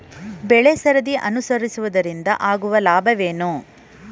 ಬೆಳೆಸರದಿ ಅನುಸರಿಸುವುದರಿಂದ ಆಗುವ ಲಾಭವೇನು?